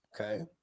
Okay